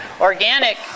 organic